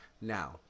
now